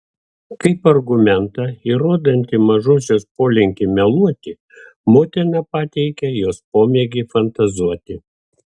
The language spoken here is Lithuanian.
kaip argumentą įrodantį mažosios polinkį meluoti motina pateikė jos pomėgį fantazuoti